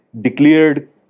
declared